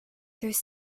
through